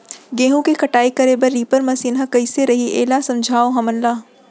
गेहूँ के कटाई करे बर रीपर मशीन ह कइसे रही, एला समझाओ हमन ल?